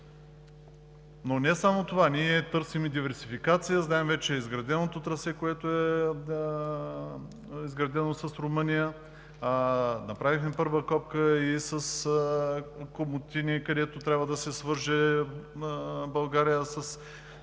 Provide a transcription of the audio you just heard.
Но не само това. Ние търсим и диверсификация. Знаем вече трасето, което е изградено с Румъния, направихме първа копка и с Комотини, където трябва да се свърже България с така